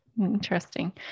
Interesting